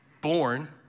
Born